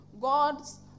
God's